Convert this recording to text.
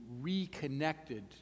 reconnected